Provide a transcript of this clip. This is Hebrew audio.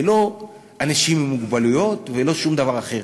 ולא אנשים עם מוגבלויות ולא שום דבר אחר.